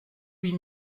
huit